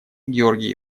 георгий